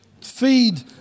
Feed